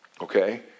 okay